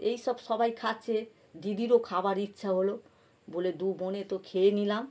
এইসব সবাই খাচ্ছে দিদিরও খাবার ইচ্ছা হলো বলে দু বোনে তো খেয়ে নিলাম